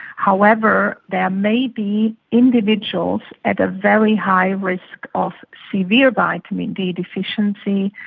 however, there may be individuals at a very high risk of severe vitamin d deficiency,